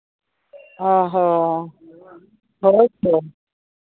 ᱚ ᱦᱚᱸ ᱦᱳᱭ ᱛᱚ